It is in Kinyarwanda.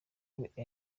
w’amaguru